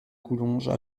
coulonges